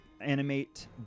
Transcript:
animate